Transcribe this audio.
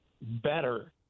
better